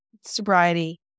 sobriety